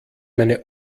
meine